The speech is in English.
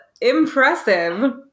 impressive